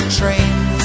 trains